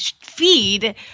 feed